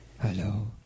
Hello